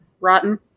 Rotten